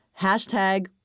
Hashtag